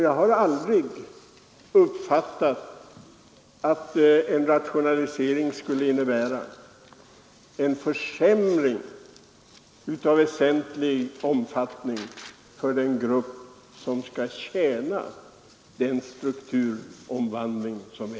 Jag har aldrig uppfattat det så att rationalisering skulle innebära en försämring av väsentlig omfattning för någon grupp som omfattas av strukturomvandlingen.